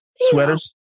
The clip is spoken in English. Sweaters